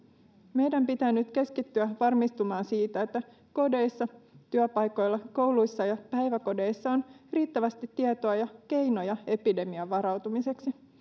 meidän pitää nyt keskittyä varmistumaan siitä että kodeissa työpaikoilla kouluissa ja päiväkodeissa on riittävästi tietoa ja keinoja epidemiaan varautumiseksi